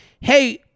hey